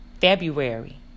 February